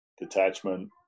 detachment